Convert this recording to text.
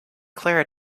clara